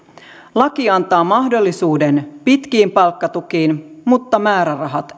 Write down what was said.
laki antaa mahdollisuuden pitkiin palkkatukiin mutta määrärahat